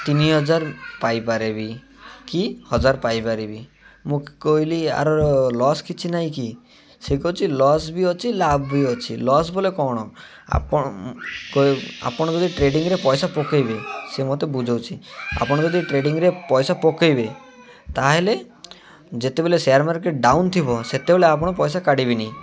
ତିନି ହଜାର ପାଇପାରିବି କି ହଜାର ପାଇପାରିବି ମୁଁ କହିଲି ଆର ଲସ୍ କିଛି ନାହିଁ କି ସେ କହୁଚି ଲସ୍ ବି ଅଛି ଲାଭ ବି ଅଛି ଲସ୍ ବୋଲେ କ'ଣ ଆପଣ ଆପଣ ଯଦି ଟ୍ରେଡ଼ିଂରେ ପଇସା ପକାଇବେ ସେ ମୋତେ ବୁଝାଉଛି ଆପଣ ଯଦି ଟ୍ରେଡ଼ିଂରେ ପଇସା ପକାଇବେ ତାହେଲେ ଯେତେବେଲେ ସେୟାର୍ ମାର୍କେଟ୍ ଡାଉନ୍ ଥିବ ସେତେବେଳେ ଆପଣ ପଇସା କାଢିବିନି